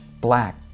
black